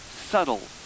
subtle